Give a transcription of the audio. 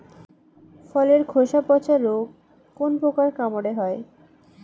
ফলের খোসা পচা রোগ কোন পোকার কামড়ে হয়?